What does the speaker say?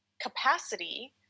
capacity